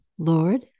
Lord